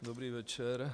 Dobrý večer.